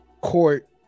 court